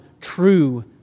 true